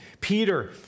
Peter